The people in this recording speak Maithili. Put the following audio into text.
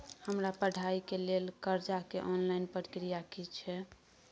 हमरा पढ़ाई के लेल कर्जा के ऑनलाइन प्रक्रिया की छै?